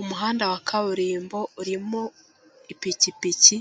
Umuhanda wa kaburimbo urimo ipikipiki